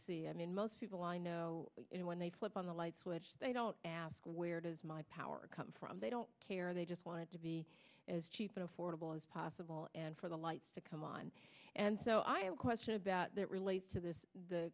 see i mean most people i know when they flip on the light switch they don't ask where does my power come from they don't care they just want to be as cheap and affordable as possible and for the lights to come on and so i have a question about that relates to this